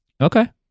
Okay